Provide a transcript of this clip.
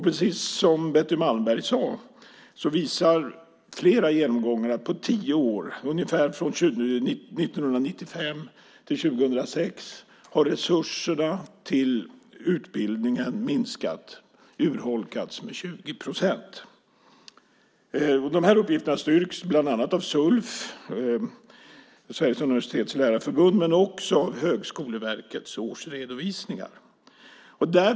Precis som Betty Malmberg sade visar flera genomgångar att på tio år, ungefär från 1995 till 2006, har resurserna till utbildning minskat och urholkats med 20 procent. Uppgifterna styrks av bland andra Sulf, Sveriges universitets och lärarförbund, men också av Högskoleverkets årsredovisningar.